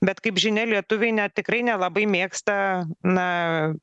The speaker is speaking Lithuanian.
bet kaip žinia lietuviai ne tikrai nelabai mėgsta na